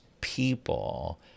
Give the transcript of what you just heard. people